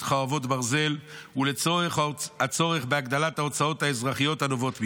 חרבות ברזל והצורך בהגדלת ההוצאות האזרחיות הנובעות ממנה.